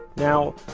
now,